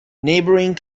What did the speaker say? neighbouring